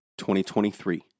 2023